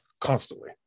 constantly